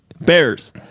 Bears